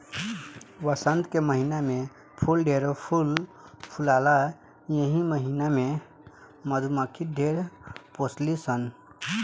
वसंत के महिना में फूल ढेरे फूल फुलाला एही महिना में मधुमक्खी ढेर पोसली सन